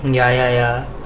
ya ya ya